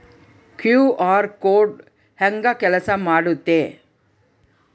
QR code ಹೆಂಗ ಕೆಲಸ ಮಾಡುತ್ತೆ?